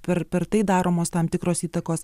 per per tai daromos tam tikros įtakos